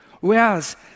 whereas